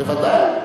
בוודאי,